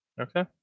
Okay